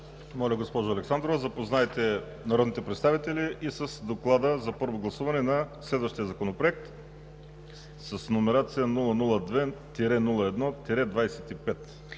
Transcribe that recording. Моля, госпожо Александрова, запознайте народните представители и с Доклада за първо гласуване на следващия законопроект с № 002-01-25.